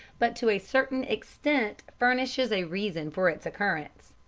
but to a certain extent furnishes a reason for its occurrence.